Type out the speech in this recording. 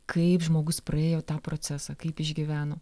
kaip žmogus praėjo tą procesą kaip išgyveno